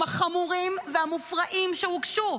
הלחצים.